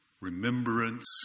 remembrance